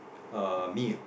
uh meal